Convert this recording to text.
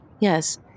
Yes